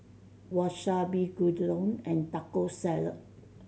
Wasabi Gyudon and Taco Salad